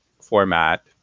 format